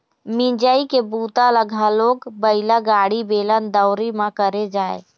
मिंजई के बूता ल घलोक बइला गाड़ी, बेलन, दउंरी म करे जाए